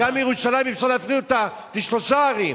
אז גם ירושלים, אפשר להפריד אותה לשלוש ערים.